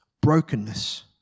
brokenness